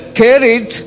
carried